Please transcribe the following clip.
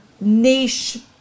Niche